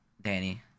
Danny